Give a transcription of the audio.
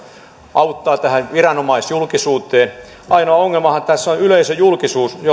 auttaa tähän viranomaisjulkisuuteen ainoa ongelmahan tässä on yleisöjulkisuus